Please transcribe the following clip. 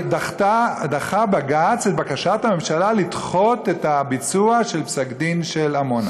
דחה בג"ץ את בקשת הממשלה לדחות את הביצוע של פסק-הדין של עמונה.